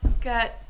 Got